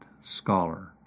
scholar